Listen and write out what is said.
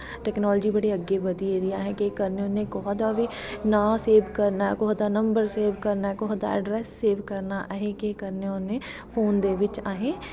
technology बड़ी अग्गैं बधी गेदी ऐ अस कुसे दा बी नांऽ सेव करनां नंबर सेव करना कुसै दा ऐडर्स सेव करना अस केह् करनें होन्ने फोन दे बिच्च अस